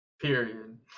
Period